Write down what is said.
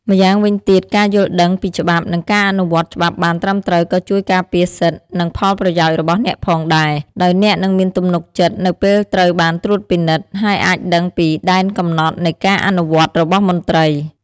ម្យ៉ាងវិញទៀតការយល់ដឹងពីច្បាប់ និងការអនុវត្តច្បាប់បានត្រឹមត្រូវក៏ជួយការពារសិទ្ធិ និងផលប្រយោជន៍របស់អ្នកផងដែរ ដោយអ្នកនឹងមានទំនុកចិត្តនៅពេលត្រូវបានត្រួតពិនិត្យ ហើយអាចដឹងពីដែនកំណត់នៃការអនុវត្តរបស់មន្ត្រី។។